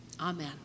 Amen